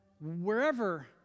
Wherever